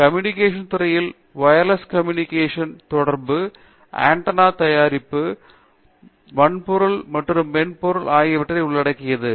communication துறைகளில் wireless communication கான தொடர்பு ஆண்டெனா தயாரிப்பு வயர்லெஸ் அமைப்புகள் வன்பொருள் மற்றும் மென்பொருளை ஆகியவற்றை உள்ளடக்கியது